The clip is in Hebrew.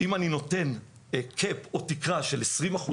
אם אני נותן קאפ או תקרה של 20%,